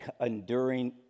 enduring